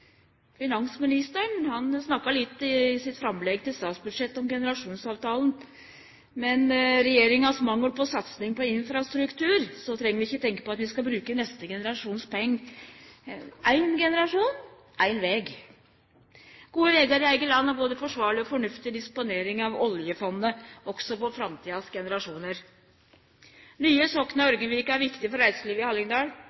Finansministeren snakka litt i framlegget sitt til statsbudsjett om generasjonsavtalen. Med regjeringa sin mangel på satsing på infrastruktur treng vi ikkje tenkje på at vi skal bruke neste generasjon sine pengar: Éin generasjon – éin veg. Gode vegar i eige land er både forsvarleg og fornuftig disponering av oljefondet, også for framtidige generasjonar. Nye